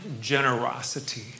Generosity